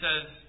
says